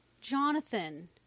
Jonathan